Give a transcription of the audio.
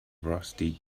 rusty